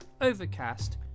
Overcast